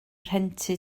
rhentu